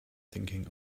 thinking